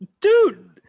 Dude